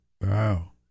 Wow